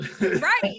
Right